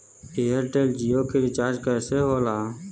Airtel Jio के recharge कैसे होला?